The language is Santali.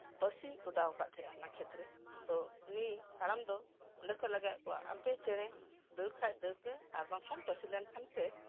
ᱯᱟᱹᱥᱤ ᱚᱰᱟᱣ ᱠᱟᱜ ᱛᱟᱸᱦᱮᱱ ᱚᱱᱟ ᱠᱷᱮᱛᱨᱮ ᱛᱳ ᱩᱱᱤ ᱦᱟᱲᱟᱢ ᱫᱚ ᱚᱸᱰᱮ ᱠᱷᱚᱡᱮ ᱞᱟᱜᱟᱭᱮᱫ ᱠᱚᱣᱟ ᱟᱯᱮ ᱪᱸᱮᱬᱮ ᱫᱟᱹᱲ ᱠᱷᱟᱡ ᱫᱟᱹᱲ ᱯᱮ ᱟᱨ ᱵᱟᱝᱠᱷᱟᱱ ᱯᱟᱹᱥᱤ ᱞᱮᱱᱠᱷᱟᱱ ᱯᱮ